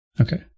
Okay